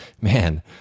Man